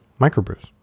microbrews